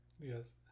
Yes